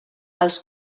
els